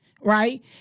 right